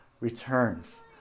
returns